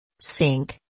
Sink